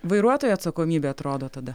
vairuotojo atsakomybė atrodo tada